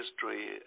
history